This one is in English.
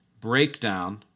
Breakdown